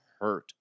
hurt